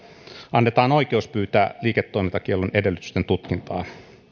annetaan oikeus pyytää liiketoimintakiellon edellytysten tutkintaa